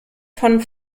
von